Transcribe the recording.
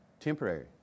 Temporary